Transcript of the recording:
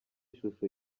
ishusho